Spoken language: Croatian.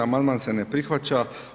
Amandman se ne prihvaća.